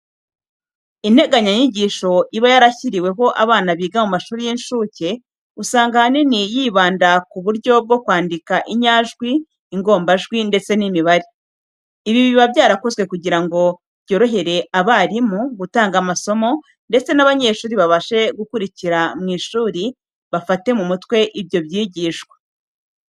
Integanyanyigisho iba yarashyiriweho abana biga mu mashuri y'incuke, usanga ahanini yibanda ko buryo bwo kwandika inyajwi, ingombajwi ndetse n'imibare. Ibi biba byarakozwe kugira ngo byorohere abarimu gutanga amasomo ndetse n'abanyeshuri babashe gukurikira mu ishuri bafate mu mutwe ibyo bigishwa.